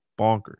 bonkers